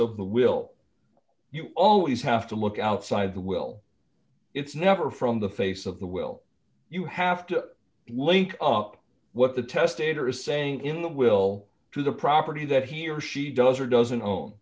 of the will you always have to look outside the will it's never from the face of the will you have to link up what the testator's saying in the will to the property that he or she does or doesn't